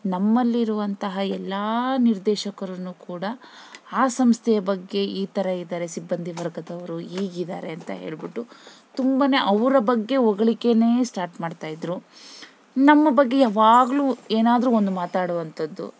ನಮ್ಮಲ್ಲಿರುವಂತಹ ಎಲ್ಲ ನಿರ್ದೇಶಕರನ್ನು ಕೂಡ ಆ ಸಂಸ್ಥೆಯ ಬಗ್ಗೆ ಈ ಥರ ಇದ್ದಾರೆ ಸಿಬ್ಬಂದಿ ವರ್ಗದವರು ಹೀಗಿದಾರೆ ಅಂತ ಹೇಳ್ಬಿಟ್ಟು ತುಂಬಾ ಅವರ ಬಗ್ಗೆ ಹೊಗಳಿಕೆನೇ ಸ್ಟಾರ್ಟ್ ಮಾಡ್ತಾ ಇದ್ದರು ನಮ್ಮ ಬಗ್ಗೆ ಯಾವಾಗಲೂ ಏನಾದರೂ ಒಂದು ಮಾತಾಡುವಂಥದ್ದು